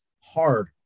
hard